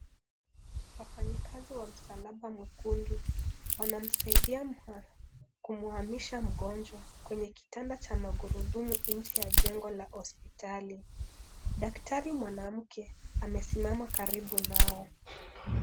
Wafanyakazi wa msalaba mwekundu wanamsaidia kumhamisha mgonjwa kwenye kitanda cha magurudumu nje ya jengo la hospitali. Daktari mwanamke amesimama karibu nao.